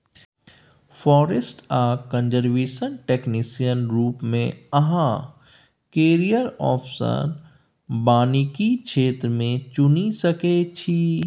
forest आ conservation technician रुप मे अहाँ कैरियर आप्शन बानिकी क्षेत्र मे चुनि सकै छी